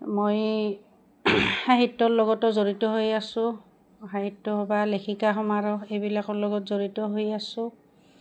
মই সাহিত্যৰ লগতো জড়িত হৈ আছোঁ সাহিত্য বা লেখিকা সমাৰোহ এইবিলাকৰ লগত জড়িত হৈ আছোঁ